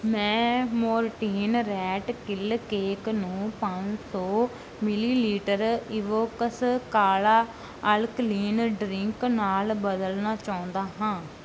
ਮੈਂ Mortein rat kill cake ਨੂੰ ਪੰਜ ਸੌ ਮਿਲੀਲੀਟਰ ਇਵੋਕਸ ਕਾਲਾ ਅਲਕਲੀਨ ਡਰਿੰਕ ਨਾਲ ਬਦਲਣਾ ਚਾਹੁੰਦਾ ਹਾਂ